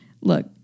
Look